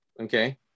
okay